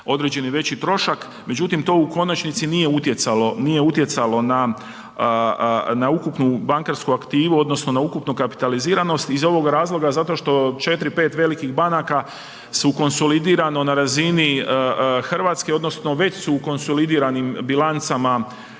određeni veći trošak međutim to u konačnici nije utjecalo na ukupnu bankarsku aktivu odnosno na ukupnu kapitaliziranost iz ovog razloga zato što 4, 5 velikih banaka su konsolidirano na razini Hrvatske odnosno već su u konsolidiranim bilancama